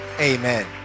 Amen